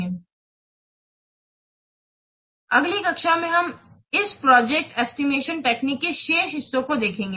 Next class we will see the remaining parts of this project estimation techniques Thank you very much अगली कक्षा में हम इस project estimation technique के शेष हिस्सों को देखेंगे